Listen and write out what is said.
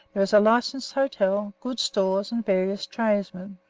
there is a licensed hotel, good stores and various tradesmen,